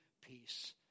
peace